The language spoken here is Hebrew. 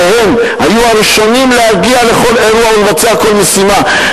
שהם היו הראשונים להגיע לכל אירוע ולבצע כל משימה,